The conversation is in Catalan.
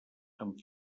amb